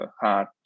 hard